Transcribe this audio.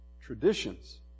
traditions